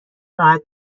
راحت